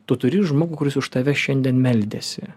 tu turi žmogų kuris už tave šiandien meldėsi